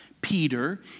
Peter